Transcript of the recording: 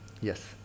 Yes